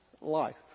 life